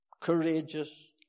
courageous